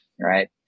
right